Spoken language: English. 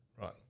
Right